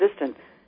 resistant